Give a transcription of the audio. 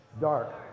dark